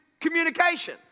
communication